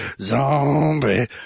Zombie